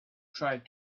tried